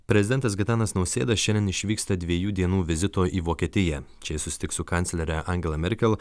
prezidentas gitanas nausėda šiandien išvyksta dviejų dienų vizito į vokietiją čia jis susitiks su kanclere angela merkel